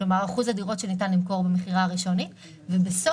כלומר אחוז הדירות שניתן למכור במכירה הראשונית ובסוף